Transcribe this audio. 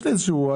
יש לי איזה רעיון,